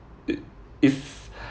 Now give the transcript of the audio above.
it if